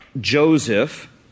Joseph